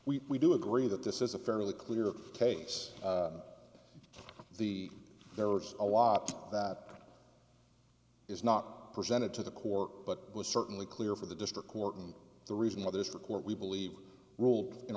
work we do agree that this is a fairly clear case the there are a lot that is not presented to the core but it was certainly clear for the district court and the reason why this report we believe ruled in